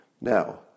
Now